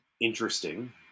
interesting